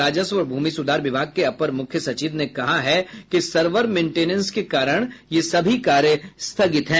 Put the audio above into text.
राजस्व और भूमि सुधार विभाग के अपर मुख्य सचिव ने कहा है कि सर्वर मेंटेनेन्स के कारण ये सभी कार्य स्थगित हैं